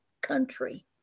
country